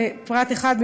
בפרט 1,